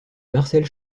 marcelle